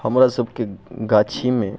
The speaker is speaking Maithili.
हमरा सबके गाछीमे